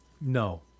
No